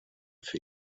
für